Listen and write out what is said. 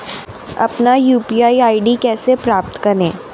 अपना UPI ID कैसे प्राप्त करें?